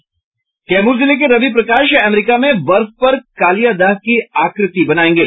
कैमूर जिले के रवि प्रकाश अमेरिका में बर्फ पर कालियादह की आकृति बनायेंगे